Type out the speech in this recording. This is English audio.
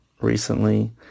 recently